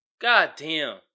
Goddamn